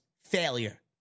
failure